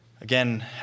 again